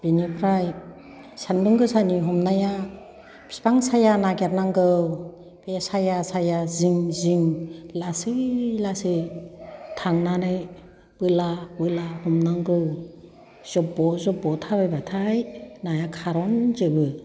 बिनिफ्राय सान्दुं गोसानि हमनाया बिफां साया नागेरनांगौ बे साया जिं जिं लासै लासै थांनानै बोला बोला हमनांगौ जब' जब' थाबायबाथाय नाया खार'नजोबो